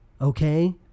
Okay